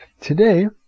Today